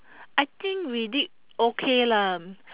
I think we did okay lah